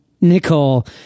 Nicole